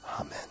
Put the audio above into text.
amen